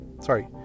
sorry